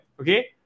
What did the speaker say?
okay